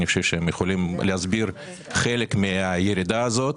הם יכולים להסביר חלק מהירידה הזאת